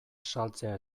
saltzea